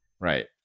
right